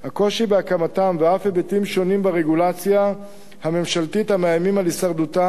הקושי בהקמתם ואף היבטים שונים ברגולציה הממשלתית המאיימים על הישרדותם.